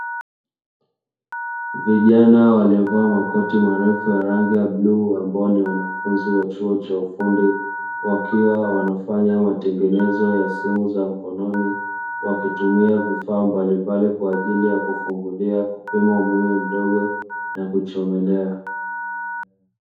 Vijana waliovaa makoti marefu ya rangi ya bluu ambao ni wanafynzi wa chuo cha ufundi, wakiwa wanafanya matengenezo ya simu za mkononi wakitumia vifaa mbali mbali kwa ajili ya kufungulia, kupima umeme mdogo na kuchomelea.